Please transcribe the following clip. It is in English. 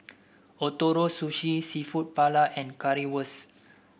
Ootoro Sushi seafood Paella and Currywurst